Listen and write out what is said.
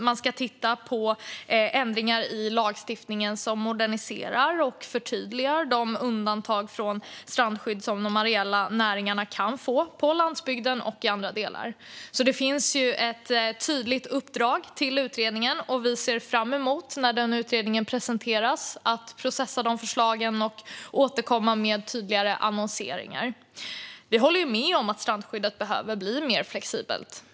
Man ska titta på ändringar i lagstiftningen som moderniserar och förtydligar de undantag från strandskydd som de areella näringarna kan få på landsbygden och i andra delar av landet. Det finns ett tydligt uppdrag till utredningen, och vi ser fram emot när utredningen presenteras att processa förslagen och återkomma med tydligare annonseringar. Vi håller med om att strandskyddet behöver bli mer flexibelt.